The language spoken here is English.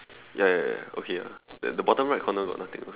ya ya ya okay ah then the bottom right corner got nothing ah